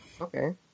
Okay